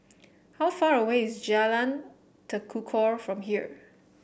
how far away is Jalan Tekukor from here